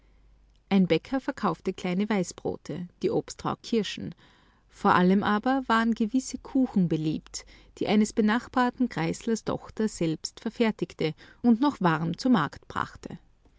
ein bäcker verkaufte kleine weißbrote die obstfrau kirschen vor allem aber waren gewisse kuchen beliebt die eines benachbarten grieslers tochter selbst verfertigte und noch warm zu markt brachte